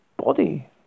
body